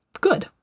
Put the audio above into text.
good